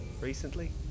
recently